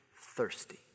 thirsty